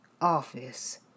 office